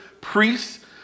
priests